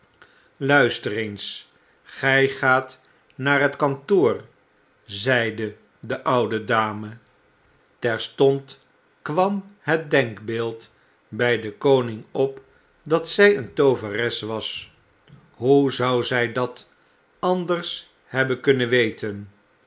luister eens gij gaat naar het kantoor zeide de oude dame terstond kwam het denkbeeld by den koning op dat zy een tooveres was hoe zou zy dat anders hebben kunnen weten